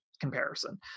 comparison